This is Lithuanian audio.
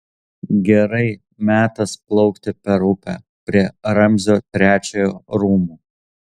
gerai metas plaukti per upę prie ramzio trečiojo rūmų